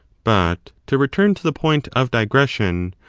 but to return to the point of digression.